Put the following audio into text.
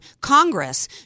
Congress